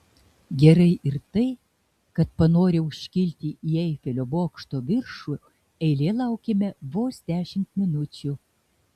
gerai ir tai kad panorę užkilti į eifelio bokšto viršų eilėje laukėme vos dešimt minučių